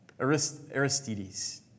Aristides